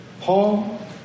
Paul